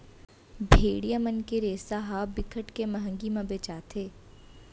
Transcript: भेड़िया मन के रेसा ह बिकट के मंहगी म बेचाथे